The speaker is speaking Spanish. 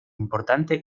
importante